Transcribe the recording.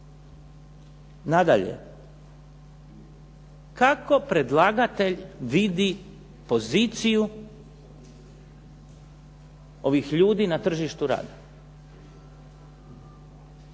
Nadalje. Kako predlagatelj vidi poziciju ovih ljudi na tržištu rada?